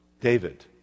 David